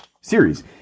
series